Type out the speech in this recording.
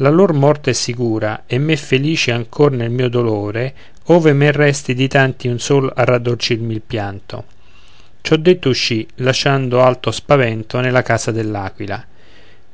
la lor morte è sicura e me felice ancor nel mio dolore ove men resti di tanti un solo a raddolcirmi il pianto ciò detto uscì lasciando alto spavento nella casa dell'aquila